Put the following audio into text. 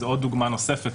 זאת עוד דוגמה נוספת